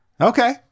Okay